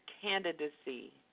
candidacy